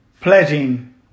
pledging